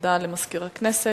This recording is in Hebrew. הודעה למזכיר הכנסת.